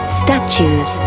statues